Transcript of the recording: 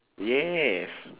yes